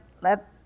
Let